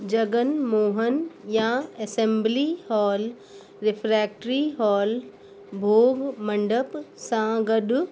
जॻन मोहन यां assembly hall refectory hall भोॻ मंडप सां गॾु